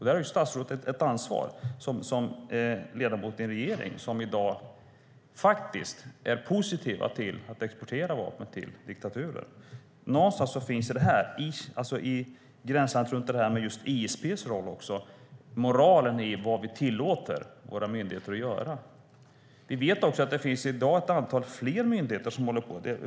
Där har statsrådet ett ansvar som ledamot i en regering som i dag faktiskt är positiv till att exportera vapen till diktaturer. Någonstans i gränslandet runt ISP:s roll finns också moralen i vad vi tillåter våra myndigheter att göra. Vi vet också att det i dag finns ett antal fler myndigheter som håller på med detta.